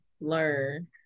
learn